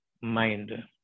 mind